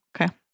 Okay